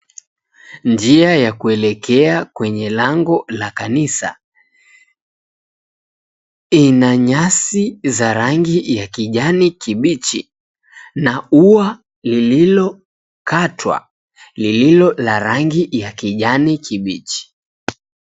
Njia la kuelekea kwenye lango la kanisa, ina nyasi za rangi ya kijani kibichi na ua lililokatwa lililo la rangi ya kijani kibichi.